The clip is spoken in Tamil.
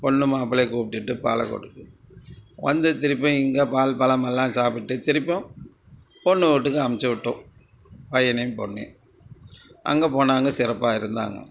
பொண்ணு மாப்பிள்ளையை கூப்பிட்டுட்டு பாலக்கோட்டுக்கு வந்து திருப்பி இங்கே பால் பழம் எல்லாம் சாப்பிட்டு திருப்பியும் பொண்ணு வீட்டுக்கு அனுப்புச்சு விட்டோம் பையனையும் பொண்ணையும் அங்கே போனால் அங்கே சிறப்பாக இருந்தாங்க